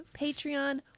Patreon